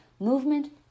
Movement